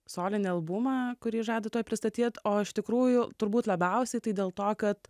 solinį albumą kurį žada tuoj pristatyt o iš tikrųjų turbūt labiausiai tai dėl to kad